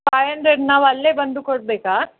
five hundred ನಾವು ಅಲ್ಲಿಯೇ ಬಂದು ಕೊಡಬೇಕಾ